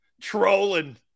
Trolling